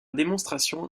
démonstration